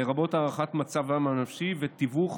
לרבות הערכת מצבם הנפשי ותיווך